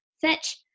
Fetch